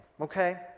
Okay